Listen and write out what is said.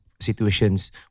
Situations